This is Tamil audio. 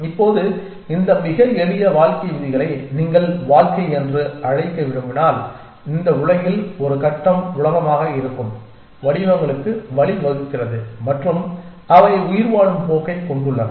இப்போது இந்த மிக எளிய வாழ்க்கை விதிகளை நீங்கள் வாழ்க்கை என்று அழைக்க விரும்பினால் இந்த உலகில் ஒரு கட்டம் உலகமாக இருக்கும் வடிவங்களுக்கு வழிவகுக்கிறது மற்றும் அவை உயிர்வாழும் போக்கைக் கொண்டுள்ளன